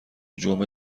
جمعه